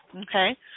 Okay